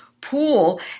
pool